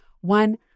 One